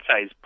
size